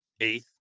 eighth